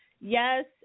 yes